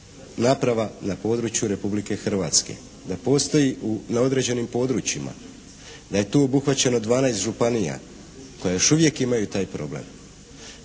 naprava na području Republike Hrvatske, da postoji na određenim područjima, da je tu obuhvaćeno 12 županije koje još uvijek imaju taj problem.